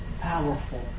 powerful